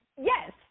Yes